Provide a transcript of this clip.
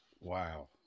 Wow